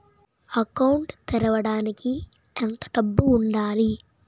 Account తెరవడానికి ఎంత డబ్బు ఉండాలి?